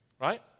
right